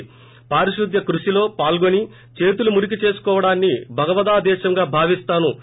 పారిశుధ్య కృషిలో పాల్గొని చేతులు మురికి చేసుకోవడాన్ని భగవదాదేశంగా భావిస్తాను